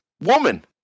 Woman